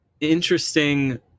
interesting